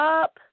up